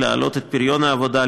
להעלות את פריון העבודה,